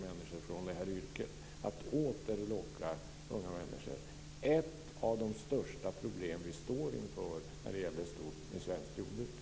Nu flyr unga människor från detta yrke, vilket är ett av de största problem som vi står inför när det gäller svenskt jordbruk.